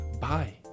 Bye